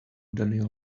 daniel